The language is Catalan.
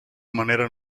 manera